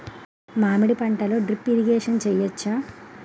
మామిడి పంటలో drip irrigation చేయచ్చా?